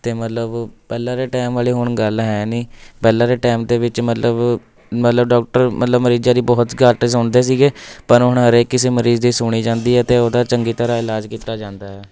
ਅਤੇ ਮਤਲਬ ਪਹਿਲਾਂ ਦੇ ਟਾਈਮ ਵਾਲੀ ਹੁਣ ਗੱਲ ਹੈ ਨਹੀਂ ਪਹਿਲਾਂ ਦੇ ਟਾਈਮ ਦੇ ਵਿੱਚ ਮਤਲਬ ਮਤਲਬ ਡਾਕਟਰ ਮਤਲਬ ਮਰੀਜ਼ਾਂ ਦੀ ਬਹੁਤ ਘੱਟ ਸੁਣਦੇ ਸੀਗੇ ਪਰ ਹੁਣ ਹਰ ਇੱਕ ਕਿਸੇ ਮਰੀਜ਼ ਦੀ ਸੁਣੀ ਜਾਂਦੀ ਹੈ ਅਤੇ ਉਹਦਾ ਚੰਗੀ ਤਰ੍ਹਾਂ ਇਲਾਜ ਕੀਤਾ ਜਾਂਦਾ ਹੈ